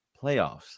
playoffs